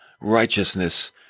righteousness